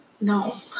no